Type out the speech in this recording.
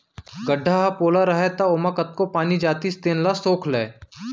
गड्ढ़ा ह पोला रहय त ओमा कतको पानी जातिस तेन ल सोख लय